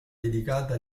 dedicata